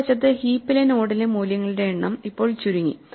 മറുവശത്ത് ഹീപ്പിലെ നോഡിലെ മൂല്യങ്ങളുടെ എണ്ണം ഇപ്പോൾ ചുരുങ്ങി